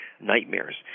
nightmares